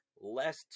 less